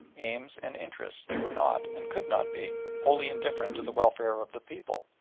aims, and interests, they were not, and could not be, wholly indifferent to the welfare of the people,